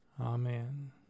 Amen